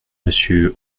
monsieur